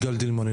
יגאל דילמוני.